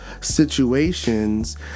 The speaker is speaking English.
situations